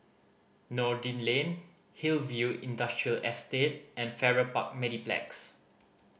Noordin Lane Hillview Industrial Estate and Farrer Park Mediplex